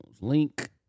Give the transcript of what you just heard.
Link